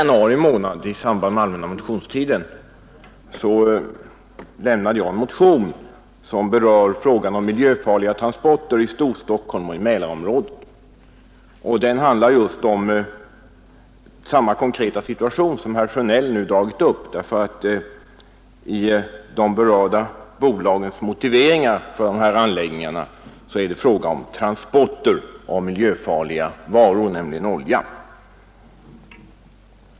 Fru talman! I samband med allmänna motionstiden i januari månad väckte jag en motion som berör frågan om miljöfarliga transporter i Storstockholm och Mälarområdet. Den handlar om samma konkreta situation som herr Sjönell nu har berört; i de berörda bolagens motiveringar för sina anläggningar sägs att det är fråga om transporter av miljöfarliga varor, nämligen olja.